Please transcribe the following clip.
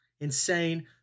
Insane